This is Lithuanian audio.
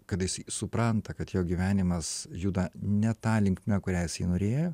kada jisai supranta kad jo gyvenimas juda ne ta linkme kuria jisai norėjo